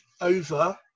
over